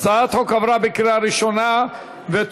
אשרה ורישיון ישיבה לקורא לחרם על ישראל),